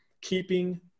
keeping